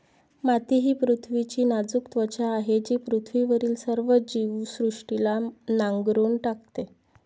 माती ही पृथ्वीची नाजूक त्वचा आहे जी पृथ्वीवरील सर्व जीवसृष्टीला नांगरून टाकते